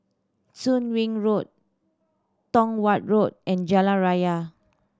Soon Wing Road Tong Watt Road and Jalan Raya